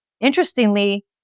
interestingly